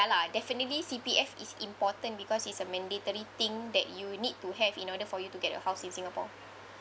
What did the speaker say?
lah definitely C_P_F is important because it's a mandatory thing that you need to have in order for you to get a house in singapore